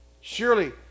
Surely